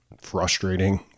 frustrating